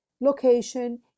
location